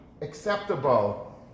acceptable